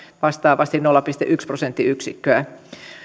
vastaavasti nolla pilkku yksi prosenttiyksikköä